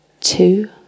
Two